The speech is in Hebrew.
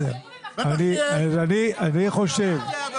רם,